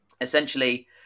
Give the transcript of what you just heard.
Essentially